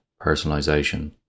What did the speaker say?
personalization